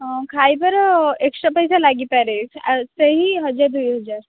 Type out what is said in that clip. ହଁ ଖାଇବାର ଏକ୍ସଟ୍ରା ପଇସା ଲାଗିପାରେ ସେହି ହଜାର ଦୁଇ ହଜାର